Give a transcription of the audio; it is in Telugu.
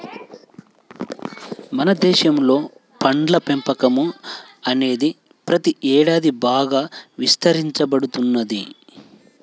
మన దేశంలో పండ్ల పెంపకం అనేది ప్రతి ఏడాది బాగా విస్తరించబడుతున్నది